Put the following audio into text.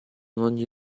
ogni